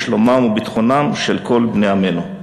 לשלומם וביטחונם של כל בני עמנו.